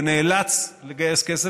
ונאלץ לגייס כסף.